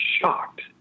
shocked